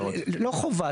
לא חובה,